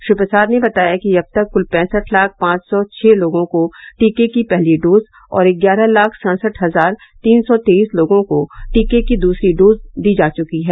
श्री प्रसाद ने बताया कि अब तक कृल पैंसठ लाख पांच सौ छः लोगों को टीके की पहली डोज और ग्यारह लाख सड़सठ हजार तीन सौ तेईस लोगों को टीके की दूसरी डोज दी जा चुकी है